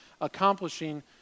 accomplishing